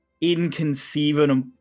inconceivable